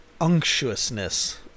unctuousness